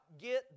get